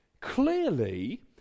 Clearly